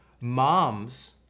moms